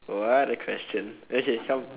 oh other question okay come